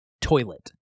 toilet